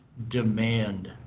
demand